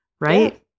right